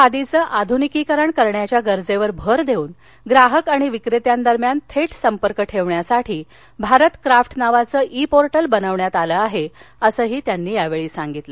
खादीचं आधुनिकीकरण करण्याच्या गरजेवर भर देऊन ग्राहक आणि विक्रेत्यांदरम्यान थेट संपर्क ठेवण्यासाठी भारत क्राफ्ट नावाचं ई पोर्टल बनवण्यात आलं आहे असं त्यांनी सांगितलं